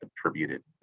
attributed